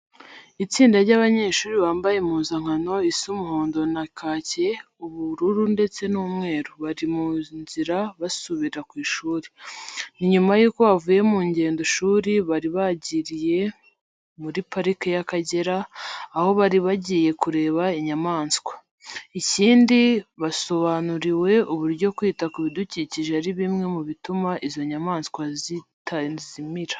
Ni itsinda ry'abanyeshuri bambaye impuzankano isa umuhondo na kake, ub ubururu ndetse n'umweru, bari mu nzira basubira ku ishuri. Ni nyuma yuko bavuye mu rugendoshuri bari bagiriye muri Parike y'Akagera, aho bari bagiye kureba inyamaswa. Ikindi, basobanuriwe uburyo kwita ku bidukikije ari bimwe mu bituma izo nyamaswa zitazimira.